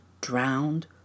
drowned